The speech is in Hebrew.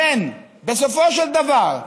בסופו של דבר,